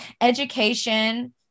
education